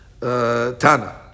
Tana